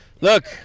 Look